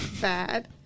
bad